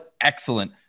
excellent